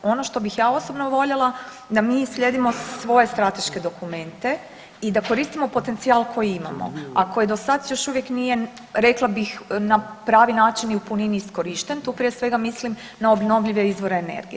Ono što bih ja osobno voljela da mi slijedimo svoje strateške dokumente i da koristimo potencijal koji imamo, a koji do sad još uvijek nije rekla bih na pravi način i u punini iskorišten, tu prije svega mislim na obnovljive izvore energije.